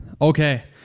Okay